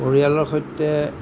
পৰিয়ালৰ সৈতে